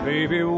Baby